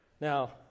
Now